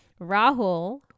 Rahul